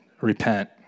repent